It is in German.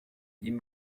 ihm